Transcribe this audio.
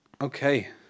Okay